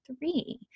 three